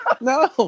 No